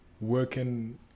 Working